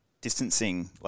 distancing